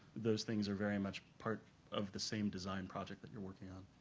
those things are very much part of the same design project that you're working on.